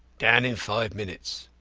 down in five minutes.